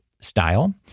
style